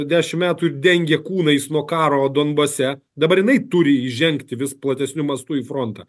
dešim metų dengė kūnais nuo karo donbase dabar jinai turi įžengti vis platesniu mastu į frontą